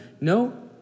No